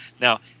Now